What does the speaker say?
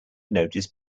notice